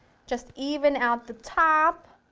just even out the top,